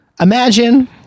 Imagine